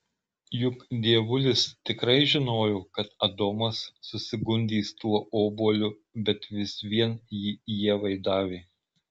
juk dievulis tikrai žinojo kad adomas susigundys tuo obuoliu bet vis vien jį ievai davė